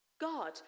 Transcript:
God